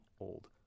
old